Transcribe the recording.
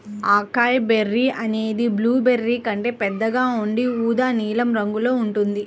acai berry అనేది blueberry కంటే పెద్దగా ఉండి ఊదా నీలం రంగులో ఉంటుంది